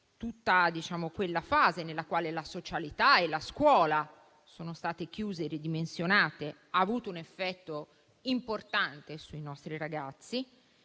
tutta quella fase nella quale la socialità e la scuola sono state chiuse e ridimensionate ha avuto un effetto importante sui nostri ragazzi.